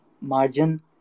margin